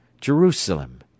Jerusalem